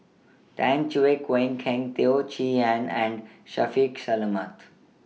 Tan Cheong Kheng Teo Chee Hean and Shaffiq Selamat